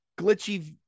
glitchy